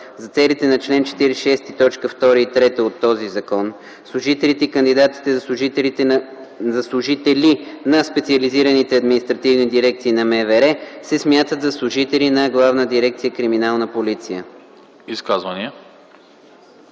За целите на чл. 46, т. 2 и 3 от този закон служителите и кандидатите за служители на специализираните административни дирекции на МВР се смятат за служители на Главна дирекция “Криминална полиция”.”